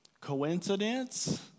Coincidence